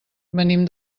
venim